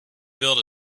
built